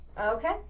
Okay